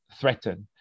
threatened